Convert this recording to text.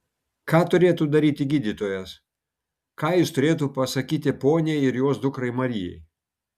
ką turėtų daryti gydytojas ką jis turėtų pasakyti poniai ir jos dukrai marijai